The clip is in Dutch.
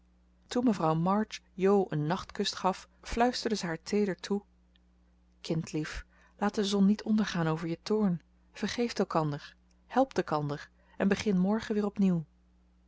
toen mevrouw march jo een nachtkus gaf fluisterde ze haar teeder toe kindlief laat de zon niet ondergaan over je toorn vergeeft elkander helpt elkander en begin morgen weer opnieuw